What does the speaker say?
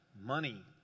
money